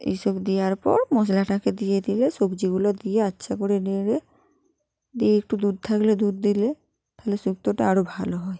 এইসব দেওয়ার পর মশলাটাকে দিয়ে দিলে সবজিগুলো দিয়ে আচ্ছা করে নেড়ে দিয়ে একটু দুধ থাকলে দুধ দিলে তাহলে শুক্তোটা আরো ভালো হয়